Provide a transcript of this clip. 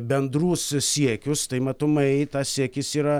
bendrus siekius tai matomai tas siekis yra